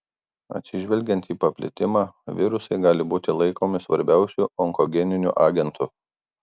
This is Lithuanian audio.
atsižvelgiant į paplitimą virusai gali būti laikomi svarbiausiu onkogeniniu agentu